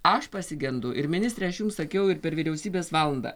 aš pasigendu ir ministre aš jums sakiau ir per vyriausybės valandą